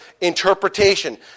interpretation